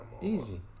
easy